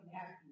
happy